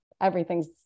everything's